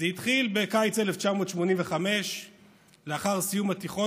זה התחיל בקיץ 1985. לאחר סיום התיכון